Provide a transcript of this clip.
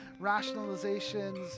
rationalizations